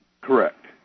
Correct